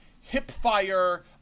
hip-fire